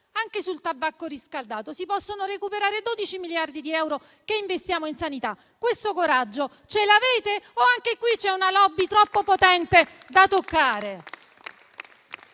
anche sul tabacco riscaldato. Si possono recuperare 12 miliardi di euro che investiamo in sanità. Questo coraggio ce l'avete, o anche qui c'è una *lobby* troppo potente da toccare?